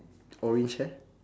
orange hair